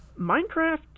Minecraft